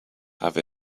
have